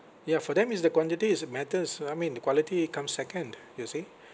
ya for them it's the quantity is that matters uh I mean the quality comes second you see